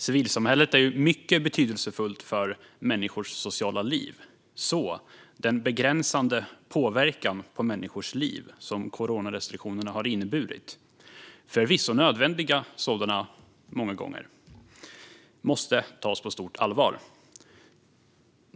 Civilsamhället är mycket betydelsefullt för människors sociala liv, så den begränsande påverkan på människors liv som coronarestriktionerna har inneburit, många gånger förvisso nödvändiga sådana, måste tas på stort allvar.